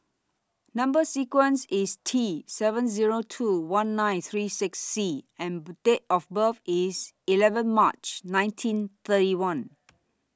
Number sequence IS T seven Zero two one nine three six C and Date of birth IS eleven March nineteen thirty one